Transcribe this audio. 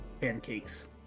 pancakes